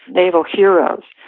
naval heroes,